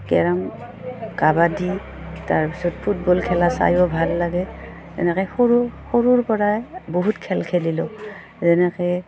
carrom kabaddi তাৰপিছত football খেলা চাইও ভাল লাগে এনেকৈ সৰু সৰুৰ পৰাই বহুত খেল খেলিলোঁ যেনেকৈ